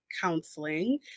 counseling